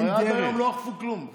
עד היום לא אכפו כלום.